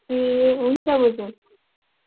ए हुन्छ बोजू